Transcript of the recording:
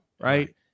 right